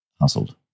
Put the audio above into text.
Hustled